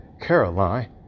Caroline